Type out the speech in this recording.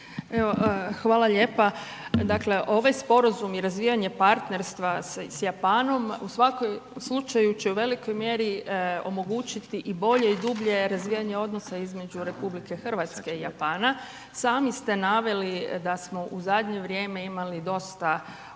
hvala lijepa. Dakle ovaj Sporazum i razvijanje partnerstva s Japanom u svakom slučaju će u velikoj mjeri omogućiti i bolje i dublje razvijanje odnosa između RH i Japana. Sami ste naveli da smo u zadnje vrijeme imali dosta